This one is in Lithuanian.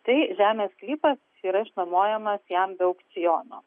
tai žemės sklypas yra išnuomojamas jam be aukciono